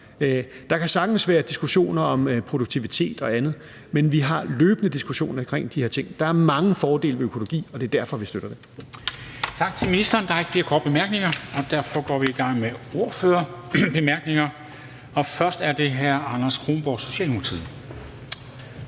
Der kan sagtens være diskussioner om produktivitet og andet, men vi har løbende diskussioner om de her ting. Der er mange fordele ved økologi, og det er derfor, vi støtter det. Kl. 11:31 Formanden (Henrik Dam Kristensen): Tak til ministeren. Der er ikke flere korte bemærkninger, og derfor går vi i gang med ordførerne. Først er det hr. Anders Kronborg, Socialdemokratiet.